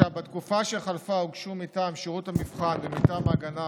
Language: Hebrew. בתקופה שחלפה הוגשו מטעם שירות המבחן ומטעם ההגנה